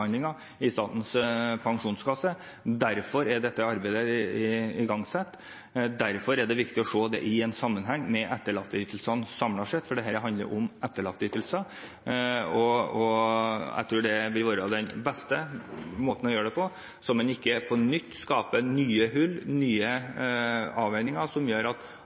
i Statens pensjonskasse. Derfor er dette arbeidet igangsatt. Derfor er det viktig å se det i en sammenheng med etterlatteytelsene samlet sett, for dette handler om etterlatteytelser. Jeg tror det vil være den beste måten å gjøre det på, så man ikke på nytt skaper nye hull, nye avveininger, som gjør at